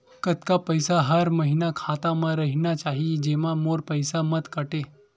कतका पईसा हर महीना खाता मा रहिना चाही जेमा मोर पईसा मत काटे?